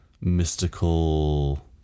mystical